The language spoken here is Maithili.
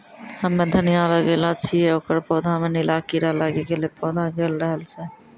हम्मे धनिया लगैलो छियै ओकर पौधा मे नीला कीड़ा लागी गैलै पौधा गैलरहल छै?